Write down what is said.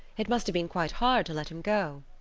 it must have been quite hard to let him go.